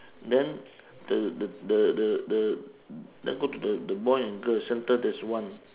then the the the the the then go to the the boy and girl center there's one